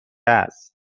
است